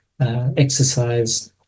Exercise